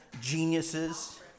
geniuses